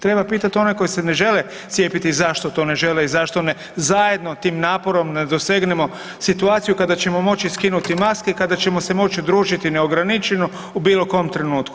Treba pitati one koji se ne žele cijepiti zašto to ne žele i zašto ne zajedno tim naporom ne dosegnemo situaciju kada ćemo moći skinuti maske, kada ćemo se moći družiti neograničeno u bilo kom trenutku?